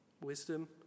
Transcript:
Wisdom